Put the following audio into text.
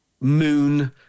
moon